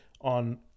on